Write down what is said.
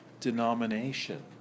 denomination